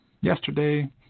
Yesterday